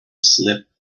slip